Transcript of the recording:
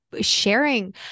sharing